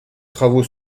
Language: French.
travaux